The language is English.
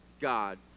God